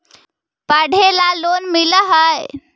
पढ़े ला लोन मिल है?